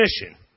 mission